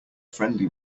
friendly